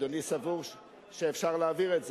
אדוני סבור שאפשר להעביר את זה?